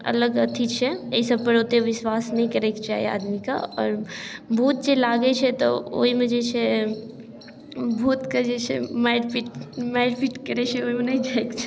अलग अथी छै एहि सबपर ओतेक विश्वास नहि करैके चाही आदमीके आओर भूत जे लागै छै तऽ ओहिमे जे छै भूतके जे छै मारिपीटि मारिपीटि करै छै ओहिमे नहि जाएके चाही